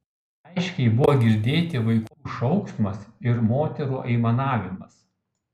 aiškiai buvo girdėti vaikų šauksmas ir moterų aimanavimas